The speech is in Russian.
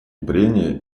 прения